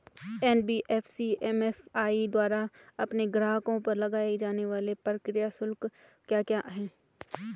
NBFC MFI द्वारा अपने ग्राहकों पर लगाए जाने वाले प्रक्रिया शुल्क क्या क्या हैं?